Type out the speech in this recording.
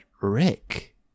Rick